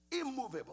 Immovable